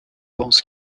pense